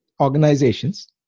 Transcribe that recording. organizations